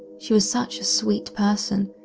she was such a sweet person.